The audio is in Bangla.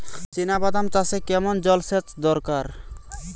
চিনাবাদাম চাষে কেমন জলসেচের দরকার?